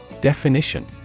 Definition